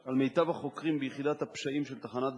על מיטב החוקרים ביחידת הפשעים של תחנת באר-שבע,